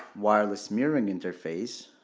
wireless mirroring interface